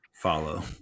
follow